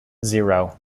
zero